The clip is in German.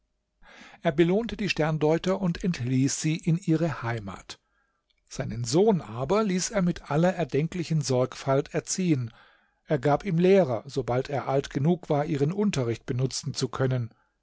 er belohnte die sterndeuter und entließ sie in ihre heimat seinen sohn aber ließ er mit aller erdenklichen sorgfalt erziehen er gab ihm lehrer sobald er alt genug war ihren unterricht benutzen zu können